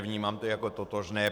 Vnímám to jako totožné.